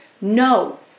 No